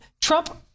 Trump